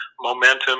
momentum